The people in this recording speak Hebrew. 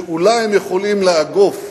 שאולי הם יכולים לאגוף,